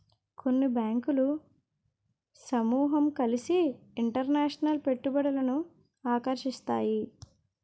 కొన్ని బ్యాంకులు సమూహం కలిసి ఇంటర్నేషనల్ పెట్టుబడులను ఆకర్షిస్తాయి